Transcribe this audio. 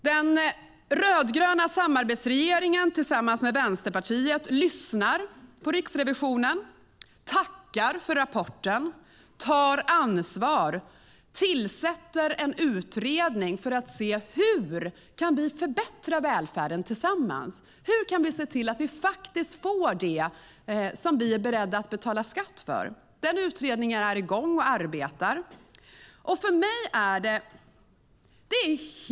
Den rödgröna samarbetsregeringen tillsammans med Vänsterpartiet lyssnar på Riksrevisionen, tackar för rapporten, tar ansvar, tillsätter en utredning för att se hur vi tillsammans kan förbättra välfärden. Hur kan vi se till att man får det som man är beredd att betala skatt för? Den utredningen är i gång och arbetar.